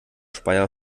speyer